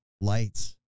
lights